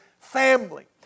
family